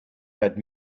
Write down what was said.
had